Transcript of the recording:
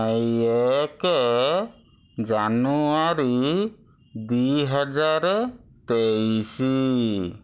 ଏଇ ଏକ ଜାନୁଆରୀ ଦୁଇ ହଜାର ତେଇଶ